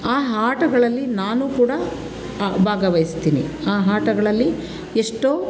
ಆ ಆಟಗಳಲ್ಲಿ ನಾನು ಕೂಡ ಭಾಗವಹಿಸ್ತೀನಿ ಆ ಆಟಗಳಲ್ಲಿ ಎಷ್ಟೋ